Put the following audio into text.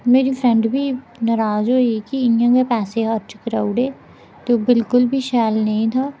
मेरी फ्रैंड बी नराज होई कि इ'यां गै पैसे खर्च कराई ओड़े